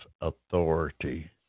authority